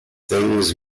things